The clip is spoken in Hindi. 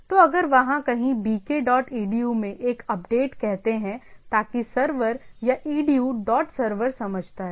तो अगर वहाँ कहीं bk डॉट edu में एक अपडेट कहते हैं ताकि सर्वर या edu डॉट सर्वर समझता है